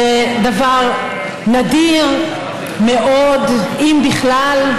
זה דבר נדיר מאוד, אם בכלל.